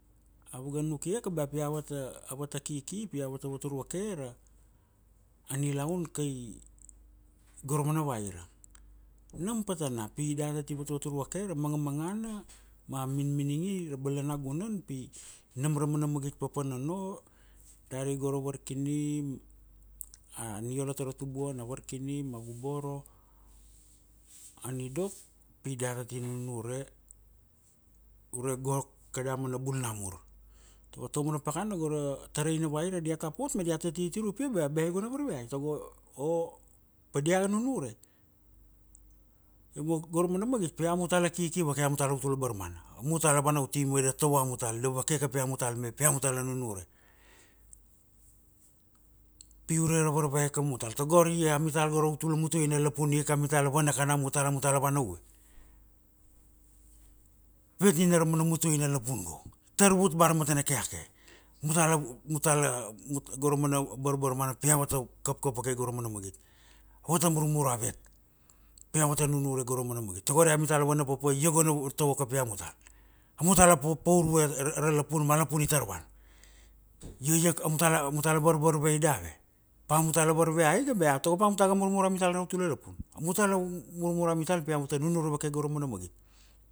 Ava ga nukia ka ba pi ava ta, ava ta kiki pi ava ta vatur vake ra anilaun kai go ra mana vaira. Nam patana, pi data ti vatvatur vake ra manga mangana ma min miningi ra bala na gunan pi nam ra mana magit papa nono dari go ra varkinim, a niolo ta ra tubuan, a varkinim, a guboro, a nidok pi data ti nunure, ure go kada mana bul na mur. Tago ta mana pakana go ra tarai na vaira diata pot ma diata titir upia bea iogo na varveai tago pa dia nunure. Io go ra mana magit pi amutala kiki vake, amutal ra utula barmana, amutal la vana uti ma da tovo amutal, da vake kapi amutal me pi amutal la nunure. Pi ure ra varveai kamumutal tago ari amital go ra utula mutaina na lapun ik amital la vana kan amutal, amutal la vana uve. Avet nina ra mana mutuaina na lapun go, tar vut ba ra matana keake, go ra mana bar barmana pi ava ta kapkap vake go ra mana magit, ava ta murmur avet, pi ava ta nunure go ra mana magit, tago ari amita la vana papa, ia go na tovo kapi amutal, amutal la paur vue ra, ra lapun ma a lapun i tar vana. amutal la var varveai dave, pa amutal la varveai ga bea tago pa amuta ga murmur amital ra utul lapun, amutal la murmur amital pi amuta la nunure vake go ra mana magit.